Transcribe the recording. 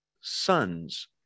son's